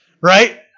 Right